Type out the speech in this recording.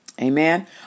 Amen